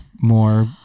more